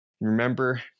remember